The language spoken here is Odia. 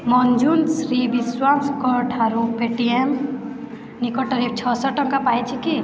ମଞ୍ଜୁଶ୍ରୀ ବିଶ୍ୱାସଙ୍କ ଠାରୁ ପେ ଟି ଏମ୍ ଯୋଗେ ମୁଁ ନିକଟରେ ଛଅଶହ ଟଙ୍କା ପାଇଛି କି